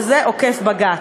וזה עוקף-בג"ץ.